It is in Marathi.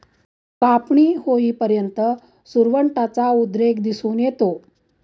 कापणी होईपर्यंत सुरवंटाचा उद्रेक दिसून येतो